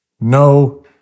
No